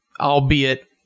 albeit